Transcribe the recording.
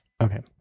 okay